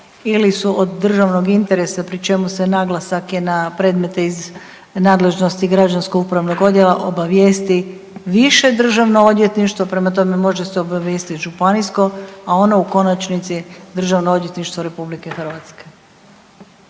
ili su od Državnog interesa pri čemu se naglasak je na predmete iz nadležnosti građanskog upravnog odjela obavijesti više Državno odvjetništvo, prema tome može se obavijestiti Županijsko a ono u konačnici Državno odvjetništvo Republike Hrvatske.